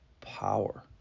power